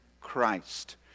Christ